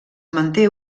manté